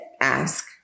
ask